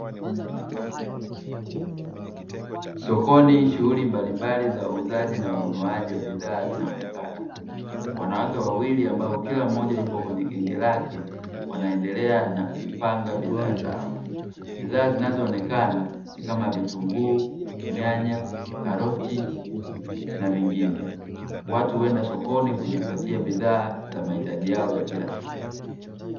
Sokoni shughuli mbalimbali za uuzaji na ununuaaji wa bidhaa zinaonekana. Wanawake wawili ambao kila mmoja yupo kwenye genge lake, wanaendelea na kupanga bidhaa zao. Bidhaa zinazoonekana ni kama vitunguu, nyanya, karoti, na vingine. Watu huenda sokoni kujipatia bidhaa za mahitaji yao ya kila siku.